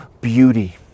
beauty